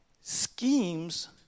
schemes